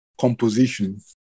compositions